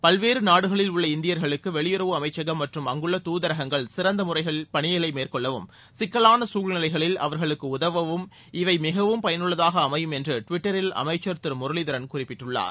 பல்வேறு நாடுகளில் உள்ள இந்தியர்களுக்கு வெளியுறவு அமைச்சகம் மற்றும் அங்குள்ள தூதரகங்கள் சிறந்த முறையில் பணிகளை மேற்கொள்ளவும் சிக்கலான சூழ்நிலைகளில் அவர்களுக்கு உதவவும் இவை மிகவும் பயனுள்ளதாக அமையும் என்று டுவிட்டரில் அமைச்சர் திரு முரளிதரன் குறிப்பிட்டுள்ளார்